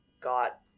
got